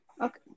okay